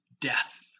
death